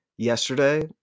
yesterday